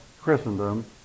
Christendom